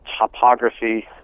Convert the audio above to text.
topography